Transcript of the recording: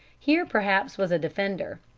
here perhaps was a defender.